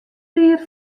mear